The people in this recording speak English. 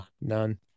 none